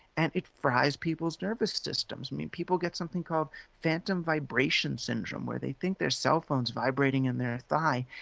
and it fries people's nervous systems, i mean people get something called phantom vibration syndrome, where they think their cell phone's vibrating in their thigh,